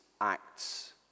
acts